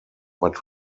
but